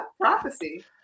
prophecy